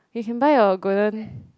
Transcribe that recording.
you can buy your golden